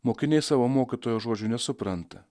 mokiniai savo mokytojo žodžių nesupranta